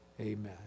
Amen